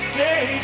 day